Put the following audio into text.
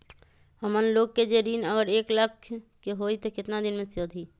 हमन लोगन के जे ऋन अगर एक लाख के होई त केतना दिन मे सधी?